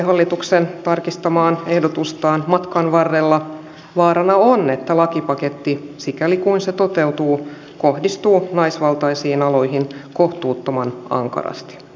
tämä venäjän rajan ylitse tuleva tilanne on keskusteluttanut paljon kotiseudullani itä lapissa ja jopa täällä kuudennessa kerroksessa